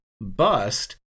bust